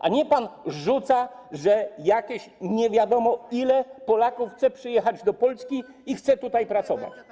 A pan rzuca, że nie wiadomo, ilu Polaków chce przyjechać do Polski i chce tutaj pracować.